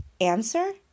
answer